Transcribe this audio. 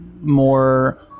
more